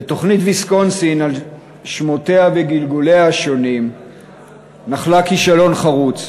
תוכנית ויסקונסין על שמותיה וגלגוליה השונים נחלה כישלון חרוץ.